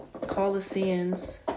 Colossians